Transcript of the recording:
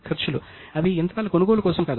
ఖర్చువ్యయం అని పిలుస్తారు